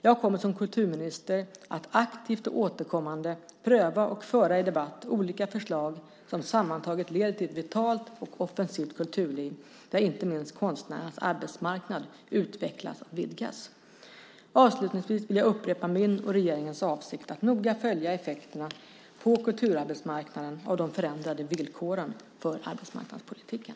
Jag kommer som kulturminister att aktivt och återkommande pröva och föra i debatt olika förslag som sammantaget leder till ett vitalt och offensivt kulturliv, där inte minst konstnärernas arbetsmarknad utvecklas och vidgas. Avslutningsvis vill jag upprepa min och regeringens avsikt att noga följa effekterna på kulturarbetsmarknaden av de förändrade villkoren för arbetsmarknadspolitiken.